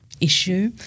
issue